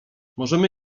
możemy